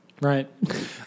Right